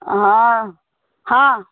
हाँ हाँ